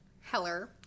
Heller